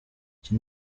iki